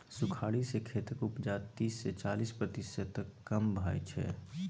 सुखाड़ि सँ खेतक उपजा तीस सँ चालीस प्रतिशत तक कम भए जाइ छै